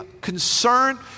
concern